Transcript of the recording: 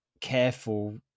careful